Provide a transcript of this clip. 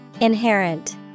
inherent